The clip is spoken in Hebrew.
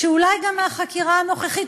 שאולי מהחקירה הנוכחית,